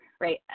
right